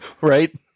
Right